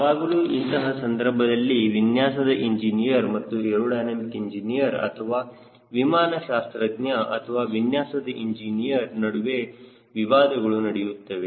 ಯಾವಾಗಲೂ ಇಂತಹ ಸಂದರ್ಭದಲ್ಲಿ ವಿನ್ಯಾಸದ ಇಂಜಿನಿಯರ್ ಮತ್ತು ಏರೋಡೈನಮಿಕ್ ಇಂಜಿನಿಯರ್ ಅಥವಾ ವಿಮಾನ ಶಾಸ್ತ್ರಜ್ಞ ಅಥವಾ ವಿನ್ಯಾಸದ ಇಂಜಿನಿಯರ್ ನಡುವೆ ವಿವಾದಗಳು ನಡೆಯುತ್ತವೆ